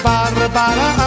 Barbara